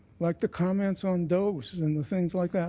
like the comments on dose and the things like that,